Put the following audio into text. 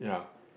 ya